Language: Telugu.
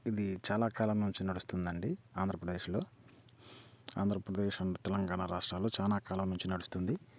ఇది చాలా కాలం నుంచి నడుస్తుంది అండి ఆంధ్రప్రదేశ్లో ఆంధ్రప్రదేశ్ అండ్ తెలంగాణ రాష్ట్రాలు చాలా కాలం నుండి నడుస్తుంది